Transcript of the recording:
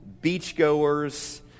beachgoers